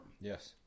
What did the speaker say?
Yes